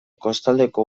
kostaldeko